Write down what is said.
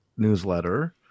newsletter